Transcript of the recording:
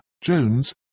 Jones